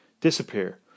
Disappear